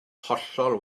hollol